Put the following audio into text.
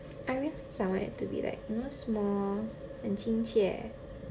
I really cause I want it to be like small you know and 亲切